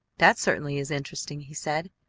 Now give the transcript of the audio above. that certainly is interesting, he said.